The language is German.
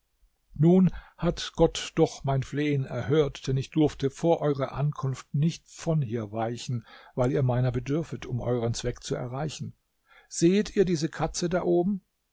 nun hat gott doch mein flehen erhört denn ich durfte vor eurer ankunft nicht von hier weichen weil ihr meiner bedürfet um eueren zweck zu erreichen sehet ihr diese katze da oben